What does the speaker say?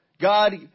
God